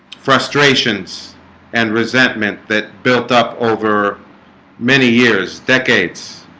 frustrations and resentment that built up over many? years decades